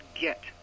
get